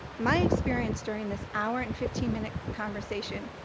my experience during this hour and fifteen minute conversation,